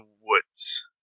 woods